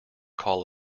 call